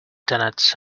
tenets